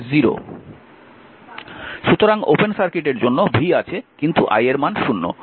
সুতরাং ওপেন সার্কিটের জন্য v আছে কিন্তু i এর মান 0